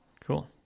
Cool